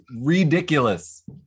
ridiculous